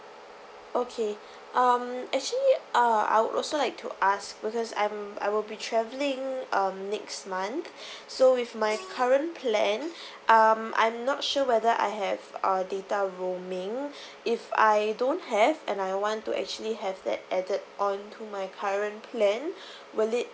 okay um actually uh I would also like to ask because I'm I will be travelling um next month so with my current plan um I'm not sure whether I have our data roaming if I don't have and I want to actually have that added on to my current plan will it